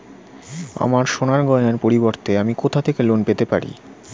আমার সোনার গয়নার পরিবর্তে আমি কোথা থেকে লোন পেতে পারি?